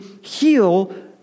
heal